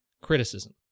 criticism